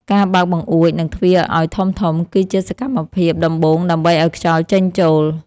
ការបើកបង្អួច និងទ្វារឱ្យធំៗ គឺជាសកម្មភាពដំបូងដើម្បីឱ្យខ្យល់ចេញចូល។